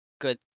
good